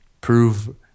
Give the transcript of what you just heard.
prove